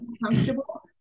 uncomfortable